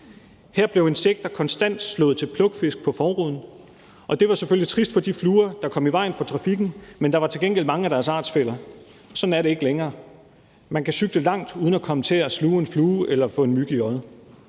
Her blev insekter konstant slået til plukfisk på forruden, og det var selvfølgelig trist for de fluer, der kom i vejen for trafikken, men der var til gengæld mange af deres artsfæller. Sådan er det ikke længere. Man kan cykle langt uden at komme til at sluge en flue eller få en myg i øjet,